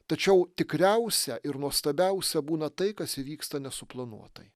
tačiau tikriausia ir nuostabiausia būna tai kas įvyksta nesuplanuotai